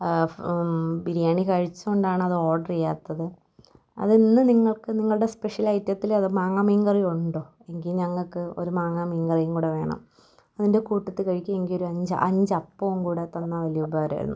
ബിരിയാണി കഴിച്ചതു കൊണ്ടാണ് അത് ഓഡർ ചെയ്യാത്തത് അത് ഇന്നു നിങ്ങൾക്ക് നിങ്ങളുടെ സ്പെഷ്യൽ ഐറ്റത്തിൽ മാങ്ങാ മീൻകറി ഉണ്ടോ എങ്കിൽ ഞങ്ങൾക്ക് ഒരു മാങ്ങാ മീൻ കറിയും കൂടി വേണം അതിൻ്റെ കൂട്ടത്തിൽ കഴിക്കാൻ എനിക്കൊരു അഞ്ച് അഞ്ച് അപ്പവും കൂടി തന്നാൽ വലിയ ഉപകാരമായിരുന്നു